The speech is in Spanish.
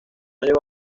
llegó